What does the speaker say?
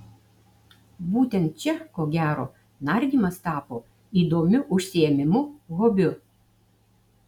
būtent čia ko gero nardymas tapo įdomiu užsiėmimu hobiu